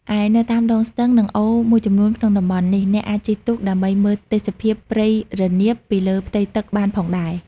ឯនៅតាមដងស្ទឹង និងអូរមួយចំនួនក្នុងតំបន់នេះ អ្នកអាចជិះទូកដើម្បីមើលទេសភាពព្រៃរនាមពីលើផ្ទៃទឹកបានផងដែរ។